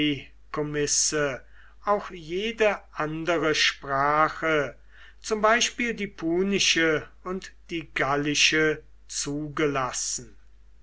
auch jede andere sprache zum beispiel die punische und die gallische zugelassen